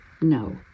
no